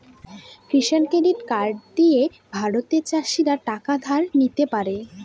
কিষান credit card দিয়ে ভারতের চাষীরা টাকা ধার নিতে পারে